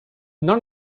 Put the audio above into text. none